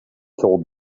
told